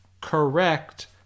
correct